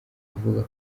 avuga